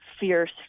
fierce